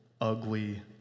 ugly